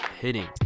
hitting